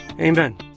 Amen